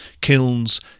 Kilns